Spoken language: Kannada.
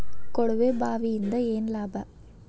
ಕೊಳವೆ ಬಾವಿಯಿಂದ ಏನ್ ಲಾಭಾ?